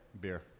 Beer